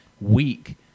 week